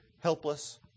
helpless